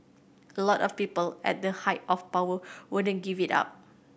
a lot of people at that height of power wouldn't give it up